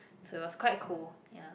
so it was quite cool ya